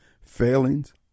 failings